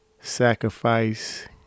Sacrifice